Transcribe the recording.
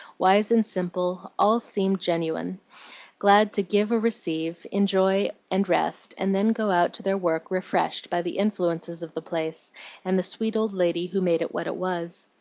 wise and simple, all seemed genuine glad to give or receive, enjoy and rest, and then go out to their work refreshed by the influences of the place and the sweet old lady who made it what it was.